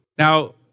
Now